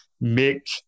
make